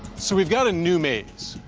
so we've got a new maze,